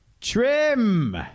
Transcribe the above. Trim